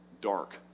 dark